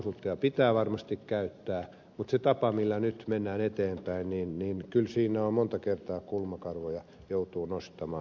konsultteja pitää varmasti käyttää mutta sen tavan osalta millä nyt mennään eteenpäin kyllä monta kertaa kulmakarvoja joutuu nostamaan